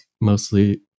mostly